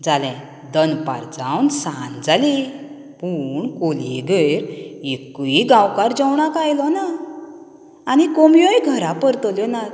जालें दनपार जावन सांज जाली पूण कोलयेगेर एकूय गांवकार जेवणाक आयलो ना आनी कोंबयोय घरा परतल्यो नात